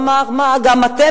אמר: גם אתם,